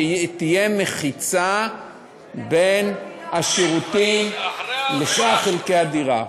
שתהיה מחיצה בין השירותים לשאר חלקי הדירה.